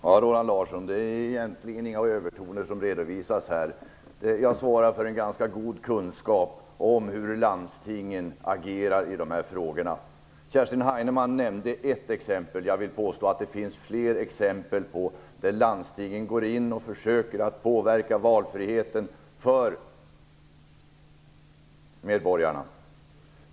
Herr talman! Det är egentligen inga övertoner som finns här, Roland Larsson. Jag svarar för en ganska god kunskap om hur landstingen agerar i de här frågorna. Kerstin Heinemann nämnde ett exempel, och jag vill påstå att det finns flera exempel på att landstingen går in och försöker påverka valfriheten för medborgarna.